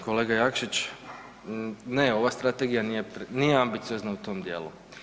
Kolega Jakšić, ne ova strategija nije ambiciozna u tom dijelu.